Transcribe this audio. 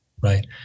Right